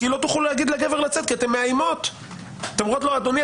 כי אתן מאיימות ואומרות לו: אדוני,